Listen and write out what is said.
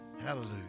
hallelujah